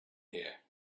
here